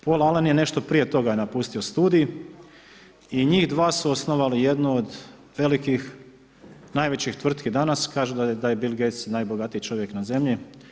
Poll Alen je nešto prije toga napustio studij i njih 2 su osnovali jednu od velikih ,najvećih tvrtki danas, kažu da je Bill Gates najbogatiji čovjek na zemlji.